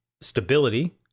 stability